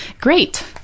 great